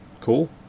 Cool